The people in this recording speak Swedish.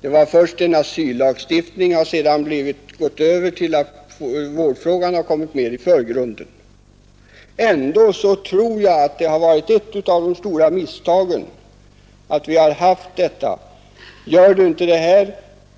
Det var först en asyllagstiftning. Därefter har vårdfrågan kommit mer i förgrunden. Ändå tror jag, att ett av de stora misstagen har varit detta hot: ”Gör du inte detta,